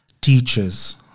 Teachers